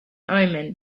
omen